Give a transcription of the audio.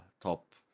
top